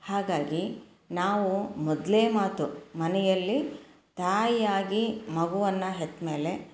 ಹಾಗಾಗಿ ನಾವು ಮೊದಲೇ ಮಾತು ಮನೆಯಲ್ಲಿ ತಾಯಿಯಾಗಿ ಮಗುವನ್ನು ಹೆತ್ತ ಮೇಲೆ